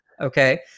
okay